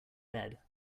bed